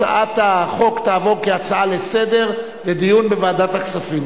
הצעת החוק תעבור כהצעה לסדר-היום לדיון בוועדת הכספים.